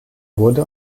wurde